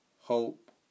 hope